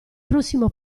prossimo